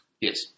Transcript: Yes